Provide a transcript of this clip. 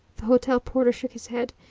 the hotel porter shook his head.